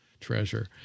treasure